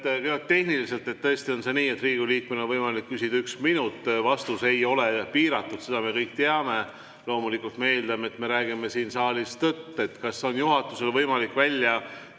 tehniliselt tõesti on nii, et Riigikogu liikmel on võimalik küsida üks minut, vastuse aeg ei ole piiratud. Seda me kõik teame. Loomulikult me eeldame, et me räägime siin saalis tõtt. Kas on juhatusel võimalik küsida